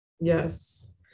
Yes